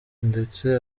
ndetse